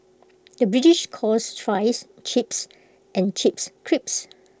the British calls Fries Chips and Chips Crisps